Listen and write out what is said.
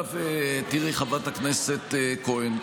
חברת הכנסת כהן,